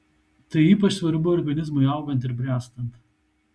tai ypač svarbu organizmui augant ir bręstant